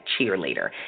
cheerleader